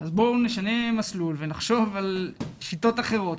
אז בואו נשנה מסלול ונחשוב על שיטות אחרות,